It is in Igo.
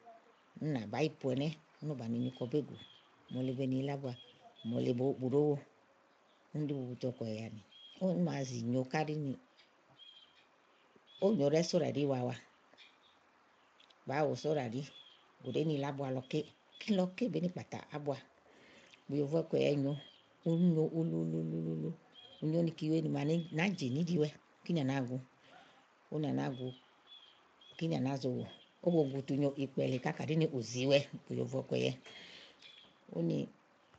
Úni bàá yi pòo ɛnɛ́, úni bà nini kɔ bégù. mòole be ni yila ábua, mòole bù ɖòó wo úni bà ɖí bubutu ɔ̀kùɛ̀yɛ. Úni màa zì nyo káɖi ni ówò nyòo ɖɛ́ɛ́ sóɖàɖí wa wa bàáa wò sóɖàɖí bù ɖèé ni yila ábua lɔ ké. Kíni lɔ ké bèé ni kpàtà ábua bùyòvòè ɔ̀kùɛ̀yɛ nyòo úni nyo ulu ulu uluulu. Ú nyo nì kìwèe ni màa màáa jènì íɖiwɛ. Kínì à nàáa gu, úni à nàáa gu úni à nàáa zo wò ówó bo gu tu nyo ikpɛ lèe ká. Kàɖi ni ù ziwɛ bùyòvòè ɔ̀kùɛ̀yɛ úni.